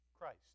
Christ